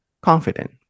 confident